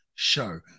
show